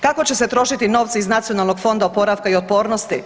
Kako će se trošiti novci iz Nacionalnog fonda oporavka i otpornosti?